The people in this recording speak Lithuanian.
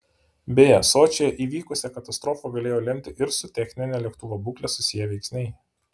beje sočyje įvykusią katastrofą galėjo lemti ir su technine lėktuvo būkle susiję veiksniai